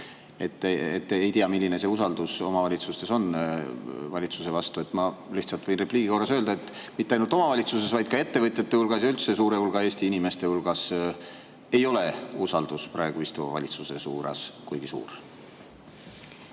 et ei tea, milline see usaldus omavalitsustes on valitsuse vastu. Ma võin lihtsalt repliigi korras öelda, et mitte ainult omavalitsustes, vaid ka ettevõtjate hulgas ja üldse suure hulga Eesti inimeste hulgas ei ole usaldus praegu istuva valitsuse suhtes kuigi suur.